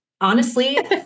honestly-